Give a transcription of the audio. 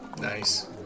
nice